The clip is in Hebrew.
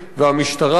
והמשטרה,